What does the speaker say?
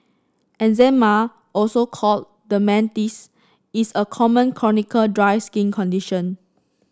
eczema also called dermatitis is a common chronic dry skin condition